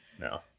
No